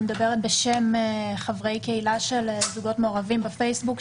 אני מדברת בשם חברי קהילה של זוגות מעורבים בפייסבוק,